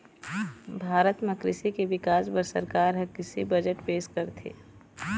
भारत म कृषि के बिकास बर सरकार ह कृषि बजट पेश करथे